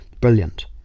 brilliant